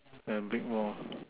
and big more